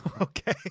Okay